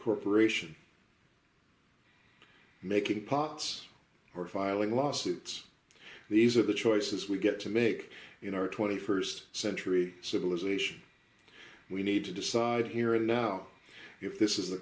corporation making pots or filing lawsuits these are the choices we get to make in our st century civilization we need to decide here and now if this is the